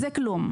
זה כלום.